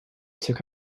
took